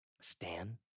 Stan